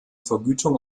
vergütung